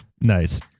Nice